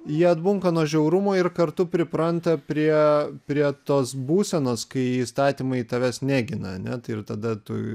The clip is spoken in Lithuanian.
jie atbunka nuo žiaurumo ir kartu pripranta prie prie tos būsenos kai įstatymai tavęs negina ane tai ir tada tu